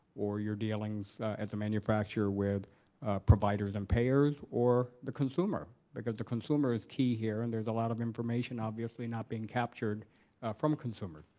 or your dealings as a manufacturer with providers and payers, or the consumer, because the consumer is key here and there's a lot of information obviously not being captured from consumers,